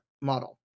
model